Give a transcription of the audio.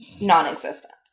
non-existent